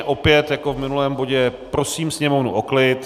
Opět, jako v minulém bodě, prosím sněmovnu o klid.